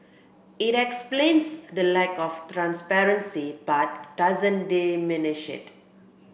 it explains the lack of transparency but doesn't diminish it